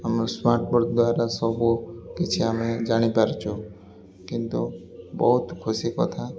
ଆମ smart board ଦ୍ୱାରା ସବୁ କିଛି ଆମେ ଜାଣିପାରୁଛୁ କିନ୍ତୁ ବହୁତ ଖୁସି କଥା